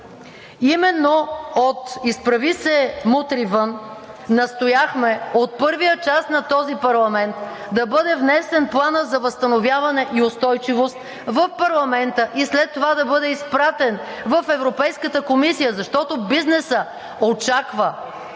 Именно от „Изправи се! Мутри вън!“ настояхме от първия час на този парламент да бъде внесен Планът за възстановяване и устойчивост в парламента и след това да бъде изпратен в Европейската комисия, защото бизнесът очаква